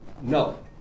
No